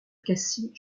cassie